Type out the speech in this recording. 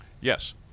Yes